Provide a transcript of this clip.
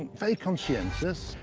very conscientious,